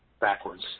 backwards